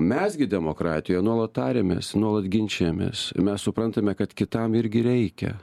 mes gi demokratijoj nuolat tariamės nuolat ginčijamės mes suprantame kad kitam irgi reikia